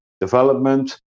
development